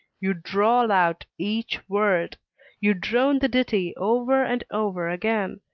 you drawl out each word you drone the ditty over and over again,